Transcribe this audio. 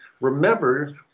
remember